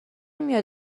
میاد